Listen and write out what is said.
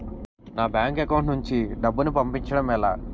నా bank account నుంచి డబ్బును పంపించడం ఎలా?